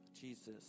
Jesus